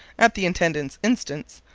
at the intendant's instance,